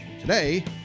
Today